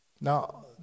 Now